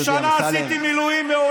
אני 20 שנה עשיתי מילואים,